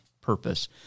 purpose